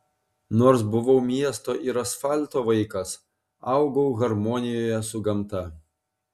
nors buvau miesto ir asfalto vaikas augau harmonijoje su gamta